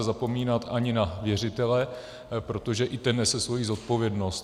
A nelze zapomínat ani na věřitele, protože i ten nese svoji zodpovědnost.